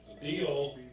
Deal